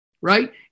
right